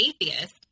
atheist